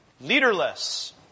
leaderless